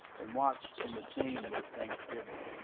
and watch in the same with thanksgiving